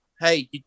Hey